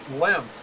limbs